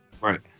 Right